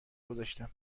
گذاشتم